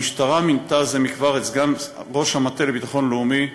הממשלה מינתה זה מכבר את סגן ראש המטה לביטחון לאומי,